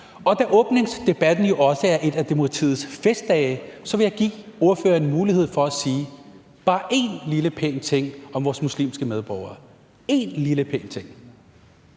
Da åbningsdebatten jo også er en af demokratiets festdage, vil jeg give ordføreren muligheden for at sige bare én lille pæn ting om vores muslimske medborgere – én lille pæn ting!